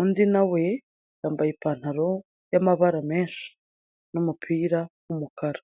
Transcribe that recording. undi nawe yambaye ipantaro y'amabara menshi n'umupira w'umukara.